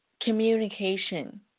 communication